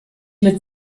mit